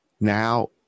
Now